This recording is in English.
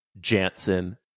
Jansen